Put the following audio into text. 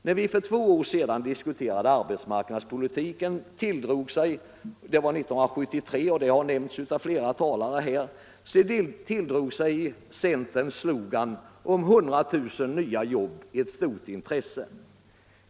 När vi för två år sedan, 1973, diskuterade arbetsmarknadspolitiken tilldrog sig, vilket nämnts av flera talare, centerns slogan om 100 000 nya jobb ett stort intresse.